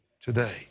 today